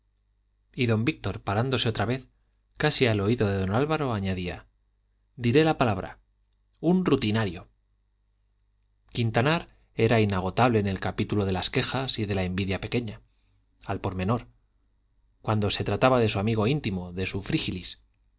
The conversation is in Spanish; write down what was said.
y don víctor parándose otra vez casi al oído de don álvaro añadía diré la palabra un rutinario quintanar era inagotable en el capítulo de las quejas y de la envidia pequeña al pormenor cuando se trataba de su amigo íntimo de su